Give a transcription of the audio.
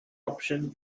option